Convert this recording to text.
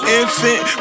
infant